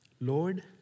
Lord